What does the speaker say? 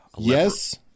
Yes